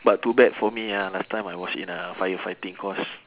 but too bad for me ah last time I was in a firefighting course